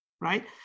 right